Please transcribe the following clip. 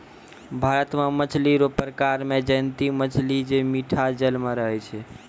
भारत मे मछली रो प्रकार मे जयंती मछली जे मीठा जल मे रहै छै